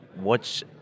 watch